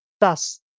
Thus